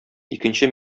икенче